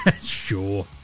sure